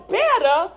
better